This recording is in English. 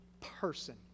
person